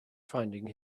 finding